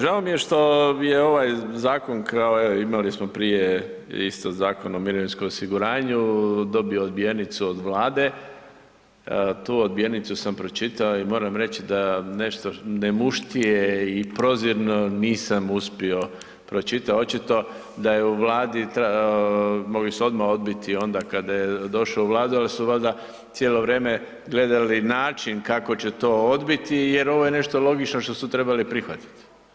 Žao mi je što je ovaj zakon, kao imali smo prije isto Zakon o mirovinskom osiguranju, dobio odbijenicu od Vlade, tu odbijenicu sam pročitao i moram reći da nešto nemuštije i prozirno nisam uspio, pročitao, očito da je u Vladi, mogli su odmah odbiti onda kada je došao u Vladi, ali su valjda cijelo vrijeme gledali način kako će to odbiti jer ovo je nešto logično što su trebali prihvatiti.